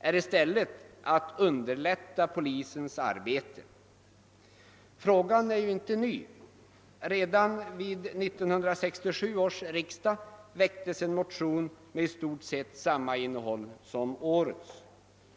är i stället att underlätta polisens arbete. Denna fråga är inte ny. Redan vid 1967 års riksdag väcktes en motion med i stort sett samma innehåll som årets.